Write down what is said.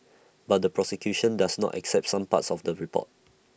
but the prosecution does not accept some parts of the report